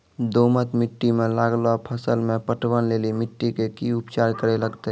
दोमट मिट्टी मे लागलो फसल मे पटवन लेली मिट्टी के की उपचार करे लगते?